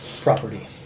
property